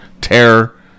Terror